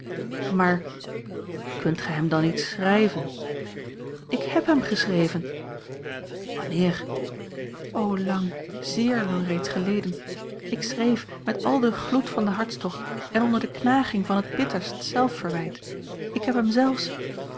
maar kunt gij hem dan niet schrijven ik heb hem geschreven wanneer o lang zeer lang reeds geleden ik schreef met al den gloed van den hartstocht en onder de knaging van het bitterst zelfverwijt ik heb hem zelfs